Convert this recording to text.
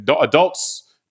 adults